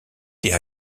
des